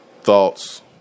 thoughts